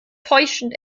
täuschend